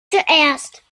zuerst